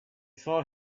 saw